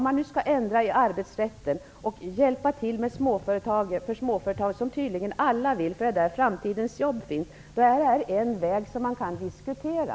Om man nu skall ändra i arbetsrätten och hjälpa småföretagen -- något som tydligen alla vill, eftersom det är där framtidens jobb finns -- är detta en väg som man kan diskutera.